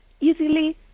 easily